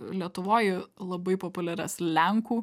lietuvoj labai populiarias lenkų